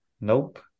Nope